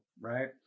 right